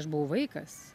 aš buvau vaikas